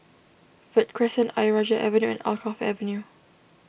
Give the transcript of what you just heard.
Verde Crescent Ayer Rajah Avenue and Alkaff Avenue